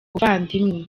buvandimwe